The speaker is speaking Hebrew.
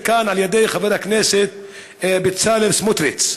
כאן על ידי חבר הכנסת בצלאל סמוטריץ.